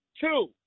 two